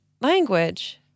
language